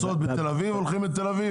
קנסות בתל אביב הולכים לתל אביב.